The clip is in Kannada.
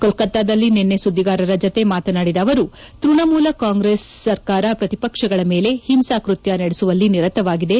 ಕೊಲ್ಲತ್ತಾದಲ್ಲಿ ನಿನ್ನೆ ಸುದ್ದಿಗಾರರ ಜತೆ ಮಾತನಾಡಿದ ಅವರು ತೃಣಮೂಲ ಕಾಂಗ್ರೆಸ್ ಸರ್ಕಾರ ಪ್ರತಿಪಕ್ಷಗಳ ಮೇಲೆ ಹಿಂಸಾಕೃತ್ಯ ನಡೆಸುವಲ್ಲಿ ನಿರತವಾಗಿದೆ